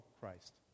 Christ